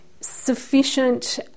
sufficient